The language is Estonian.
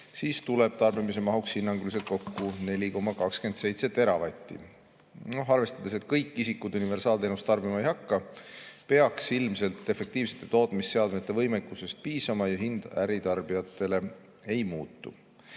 siis tuleb tarbimismahuks hinnanguliselt kokku 4,27 teravatti. Arvestades, et kõik isikud universaalteenust tarbima ei hakka, peaks efektiivsete tootmisseadmete võimekusest piisama ja hind äritarbijatele ei muutu.